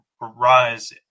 rise